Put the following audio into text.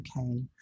okay